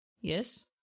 Yes